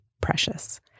precious